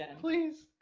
please